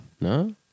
No